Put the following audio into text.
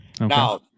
Now